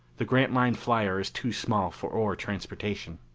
the grantline flyer is too small for ore transportation.